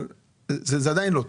אבל זה עדיין לא טוב.